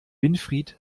winfried